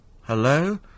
Hello